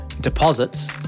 deposits